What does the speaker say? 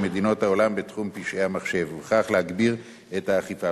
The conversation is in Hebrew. מדינות העולם בתחום פשעי המחשב ובכך להגביר את האכיפה.